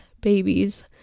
babies